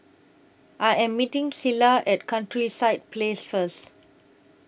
I Am meeting Cilla At Countryside Place First